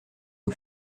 aux